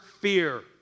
fear